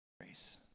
grace